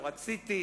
לא רציתי.